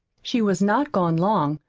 she was not gone long.